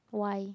why